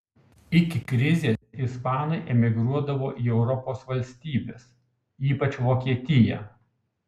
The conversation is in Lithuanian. iki krizės ispanai emigruodavo į europos valstybes ypač vokietiją